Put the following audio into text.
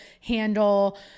handle